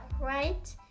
right